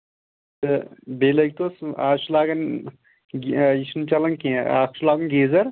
تہٕ بیٚیہِ لٲگۍ توس آز چھِ لاگان یہِ چھُنہٕ چَلان کیٚنٛہہ اَکھ چھُ لاگُن گیٖزَر